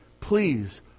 Please